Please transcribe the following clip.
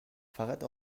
فقط